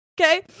okay